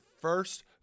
first